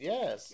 Yes